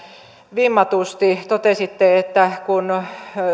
vimmatusti totesitte että kun